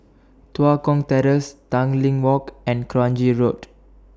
Tua Kong Terrace Tanglin Walk and Kranji Road